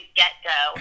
get-go